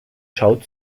schaut